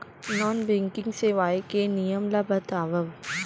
Non banking सेवाएं के नियम ला बतावव?